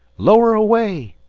lower away,